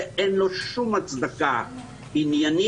שאין לו שום הצדקה עניינית,